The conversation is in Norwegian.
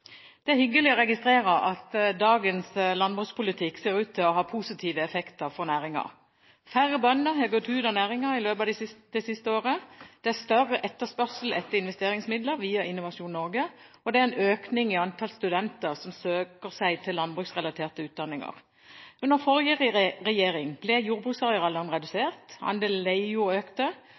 Det er hyggelig å registrere at dagens landbrukspolitikk ser ut til å ha positive effekter for næringen. Færre bønder har gått ut av næringen i løpet av det siste året, det er større etterspørsel etter investeringsmidler via Innovasjon Norge, og det er en økning i antall studenter som søker seg til landbruksrelaterte utdanninger. Under forrige regjering ble jordbruksarealene redusert, andelen leiejord økte,